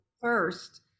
first